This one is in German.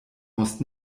muss